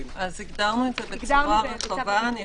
הגדרנו את זה בצורה רחבה, זה